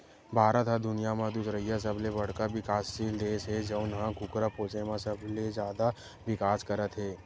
भारत ह दुनिया म दुसरइया सबले बड़का बिकाससील देस हे जउन ह कुकरा पोसे म सबले जादा बिकास करत हे